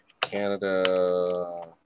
Canada